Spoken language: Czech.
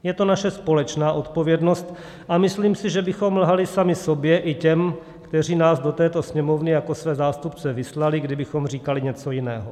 Je to naše společná odpovědnost a myslím si, že bychom lhali sami sobě i těm, kteří nás do této Sněmovny jako své zástupce vyslali, kdybychom říkali něco jiného.